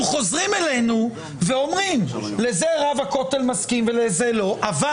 חוזרים אלינו ואומרים: "לזה רב הכותל מסכים ולזה לא אבל,